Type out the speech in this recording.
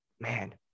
man